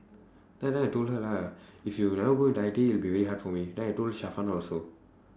then then I told her lah if you never go into I_T_E it will be very hard for me then I told also